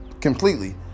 completely